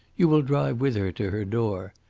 you will drive with her to her door.